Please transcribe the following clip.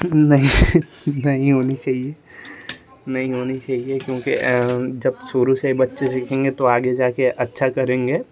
नहीं नहीं होनी चाहिए नहीं होनी चाहिए क्योंकि जब शुरू से हीं बच्चे सीखेंगे तो आगे अच्छा करेंगे